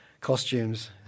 costumes